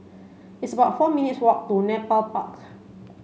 it's about four minutes' walk to Nepal Park